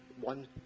one